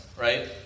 Right